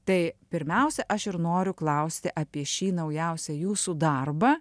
tai pirmiausia aš ir noriu klausti apie šį naujausią jūsų darbą